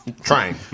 Trying